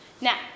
Now